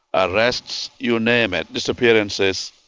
arrests, you name it, disappearances,